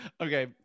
okay